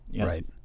Right